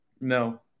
No